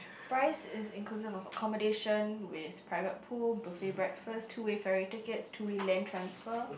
price is inclusive of accommodation with private pool buffet breakfast two way ferry tickets two way land transfer